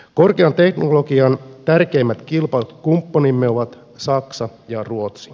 korkean teknologian tärkeimmät kilpakumppanimme ovat saksa ja ruotsi